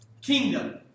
kingdom